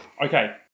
Okay